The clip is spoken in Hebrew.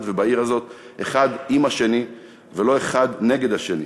ובעיר הזאת אחד עם השני ולא אחד נגד השני.